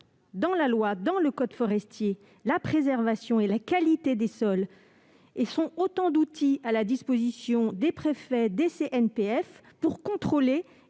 dans la loi, dans le code forestier, la préservation et la qualité des sols. Ce sont autant d'outils à la disposition des préfets et des CRPF pour contrôler